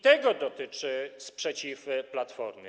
Tego dotyczy sprzeciw Platformy.